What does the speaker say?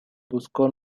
buscó